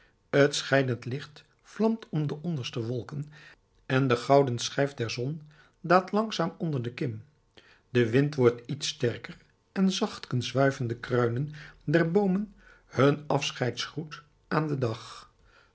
scheidend licht vlamt om de onderste wolken en de gouden schijf der zon daalt langzaam onder de kim de wind wordt iets sterker en zachtkens wuiven de kruinen der boomen hun afscheidsgroet aan den dag